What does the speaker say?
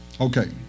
Okay